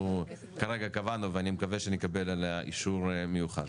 כרגע קבענו ואני מקווה שנקבל עליה אישור מיוחד.